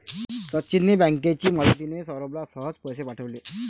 सचिनने बँकेची मदतिने, सौरभला सहज पैसे पाठवले